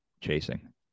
chasing